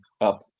up